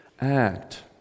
act